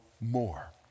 more